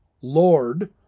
Lord